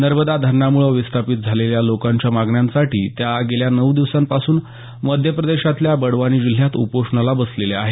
नर्मदा धरणामुळं विस्थापित झालेल्या लोकांच्या मागण्यांसाठी त्या गेल्या नऊ दिवसांपासून मध्यप्रदेशातल्या बडवानी जिल्ह्यात उपोषणाला बसलेल्या आहेत